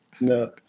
No